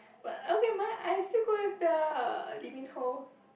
but okay my I still go with the Lee-Min-Ho